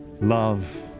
Love